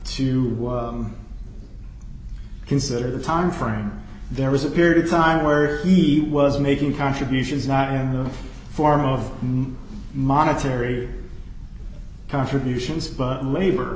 to consider the timeframe there was a period of time where he was making contributions not in the form of monetary contributions